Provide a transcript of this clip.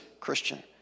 Christian